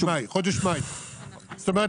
זאת אומרת,